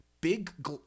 big